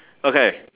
okay